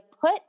put